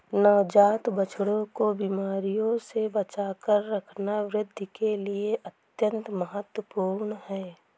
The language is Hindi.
नवजात बछड़ों को बीमारियों से बचाकर रखना वृद्धि के लिए अत्यंत महत्वपूर्ण है